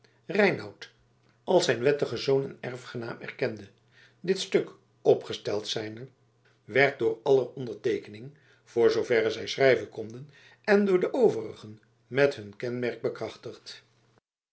reinout als zijn wettigen zoon en erfgenaam erkende dit stuk opgesteld zijnde werd door aller onderteekening voor zooverre zij schrijven konden en door de overigen met hun kenmerk bekrachtigd